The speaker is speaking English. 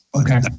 Okay